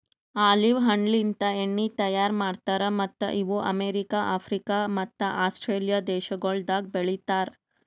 olive ಹಣ್ಣಲಿಂತ್ ಎಣ್ಣಿ ತೈಯಾರ್ ಮಾಡ್ತಾರ್ ಮತ್ತ್ ಇವು ಅಮೆರಿಕ, ಆಫ್ರಿಕ ಮತ್ತ ಆಸ್ಟ್ರೇಲಿಯಾ ದೇಶಗೊಳ್ದಾಗ್ ಬೆಳಿತಾರ್